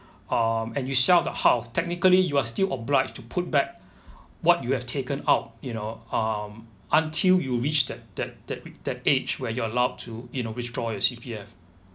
um and you sell the house technically you are still obliged to put back what you have taken out you know um until you reach that that that that age where you allowed to you know withdraw your C_P_F